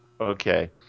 Okay